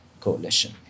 coalition